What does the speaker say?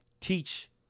teach